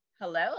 hello